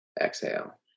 exhale